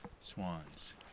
swans